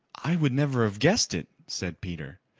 i would never have guessed it, said peter.